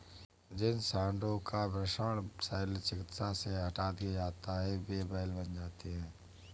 जिन साँडों का वृषण शल्य चिकित्सा से हटा दिया जाता है वे बैल बन जाते हैं